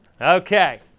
Okay